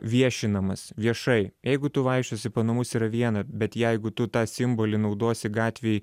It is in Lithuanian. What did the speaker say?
viešinamas viešai jeigu tu vaikščiosi po namus yra viena bet jeigu tu tą simbolį naudosi gatvėj